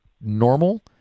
normal